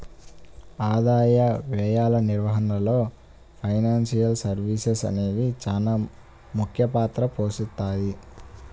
ఆదాయ వ్యయాల నిర్వహణలో ఫైనాన్షియల్ సర్వీసెస్ అనేవి చానా ముఖ్య పాత్ర పోషిత్తాయి